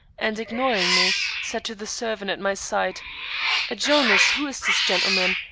and ignoring me, said to the servant at my side jonas, who is this gentleman,